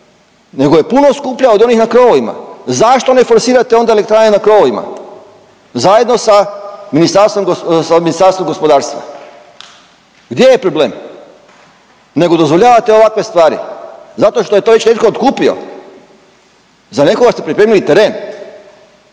neto je puno skuplja od onih na krovovima. Zašto ne forsirate onda elektrane na krovovima zajedno sa Ministarstvom gospodarstva? Gdje je problem? Nego dozvoljavate ovakve stvari zato što je to već netko otkupio. Za nekoga ste pripremili teren.